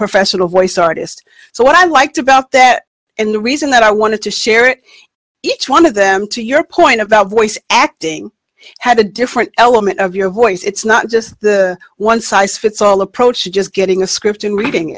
professional voice artist so what i liked about that and the reason that i wanted to share it each one of them to your point about voice acting had a different element of your voice it's not just the one size fits all approach to just getting a script and reading